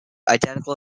identical